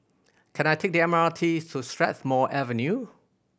can I take the M R T to Strathmore Avenue